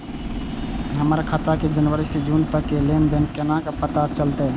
हमर खाता के जनवरी से जून तक के लेन देन केना पता चलते?